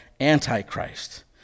antichrist